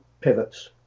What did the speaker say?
pivots